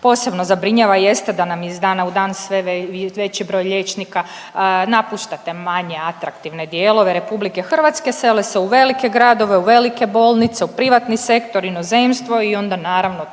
posebno zabrinjava jeste da nam iz dana u dan sve veći broj liječnika napušta te manje atraktivne dijelove RH, sele se u velike gradove, u velike bolnice, u privatni sektor, u inozemstvo i onda naravno